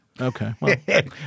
Okay